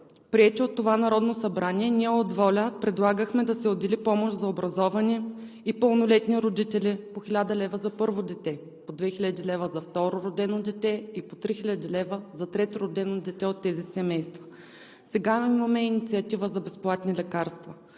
приети от това Народно събрание, ние от ВОЛЯ предлагахме да се отдели помощ за образовани и пълнолетни родители – по 1000 лв. за първо дете, по 2000 лв. за второ родено дете, и по 3000 лв. за трето родено дете от тези семейства. Сега имаме инициатива за безплатни лекарства